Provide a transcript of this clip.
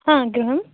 हा गृहं